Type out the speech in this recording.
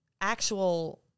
actual